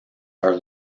are